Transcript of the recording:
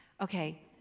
Okay